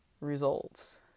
results